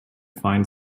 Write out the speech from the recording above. find